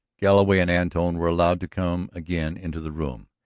galloway and antone were allowed to come again into the room,